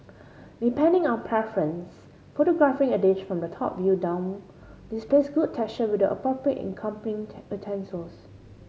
depending on preference photographing a dish from the top view down displays good texture with the appropriate accompanying utensils